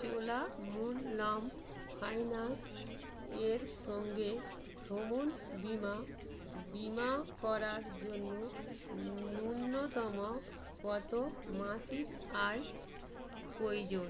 Cholamandalam finance এর সঙ্গে ভ্রমণ বিমা বিমা করার জন্য ন্যূনতম কতো মাসিক আয়ের প্রয়োজন